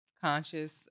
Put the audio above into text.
conscious